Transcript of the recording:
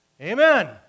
Amen